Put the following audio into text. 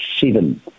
seven